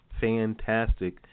fantastic